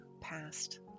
past